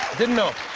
didn't know.